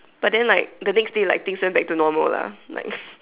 but then like the next day like things went back to normal lah like